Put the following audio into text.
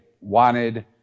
wanted